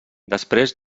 després